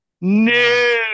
No